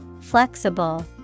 Flexible